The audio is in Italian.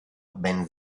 ben